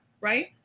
right